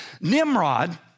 Nimrod